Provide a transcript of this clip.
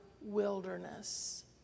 wilderness